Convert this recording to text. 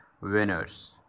winners